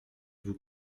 vous